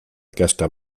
aquesta